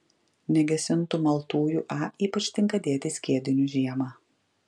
negesintų maltųjų a ypač tinka dėti į skiedinius žiemą